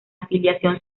afiliación